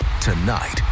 Tonight